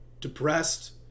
depressed